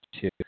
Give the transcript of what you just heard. two